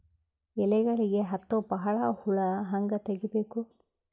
ಎಲೆಗಳಿಗೆ ಹತ್ತೋ ಬಹಳ ಹುಳ ಹಂಗ ತೆಗೀಬೆಕು?